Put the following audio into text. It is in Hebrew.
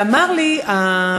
ואמר לי הבן-אדם,